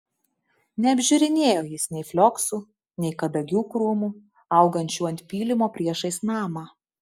neapžiūrinėjo jis nei flioksų nei kadagių krūmų augančių ant pylimo priešais namą